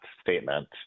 statement